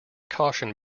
caution